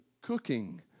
cooking